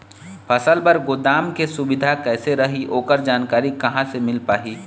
फसल बर गोदाम के सुविधा कैसे रही ओकर जानकारी कहा से मिल पाही?